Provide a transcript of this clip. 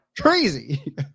Crazy